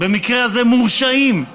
במקרה הזה, מורשעים,